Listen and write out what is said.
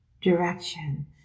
direction